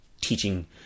teaching